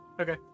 Okay